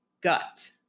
gut